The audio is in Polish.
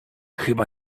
chyba